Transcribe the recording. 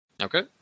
Okay